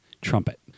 trumpet